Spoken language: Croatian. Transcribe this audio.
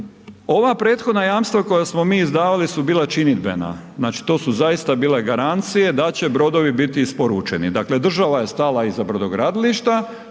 Ova prethodna jamstva koja smo mi izdavali su bila činidbena, znači to su zaista bila garancije da će brodovi biti isporučeni. Dakle država je stala iza brodogradilišta